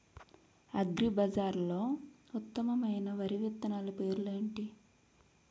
అగ్రిబజార్లో ఉత్తమమైన వరి విత్తనాలు పేర్లు ఏంటి?